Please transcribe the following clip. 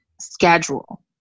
schedule